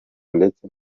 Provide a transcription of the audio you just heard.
ndetse